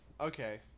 okay